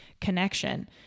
connection